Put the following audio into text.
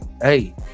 hey